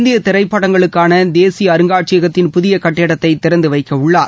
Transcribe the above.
இந்திய திரைப்படங்களுக்கான தேசிய அருங்காட்சியகத்தின் புதிய கட்டடத்தை திறந்த வைக்கவுள்ளார்